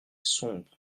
sombre